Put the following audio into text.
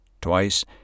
twice